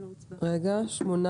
18